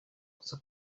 gusa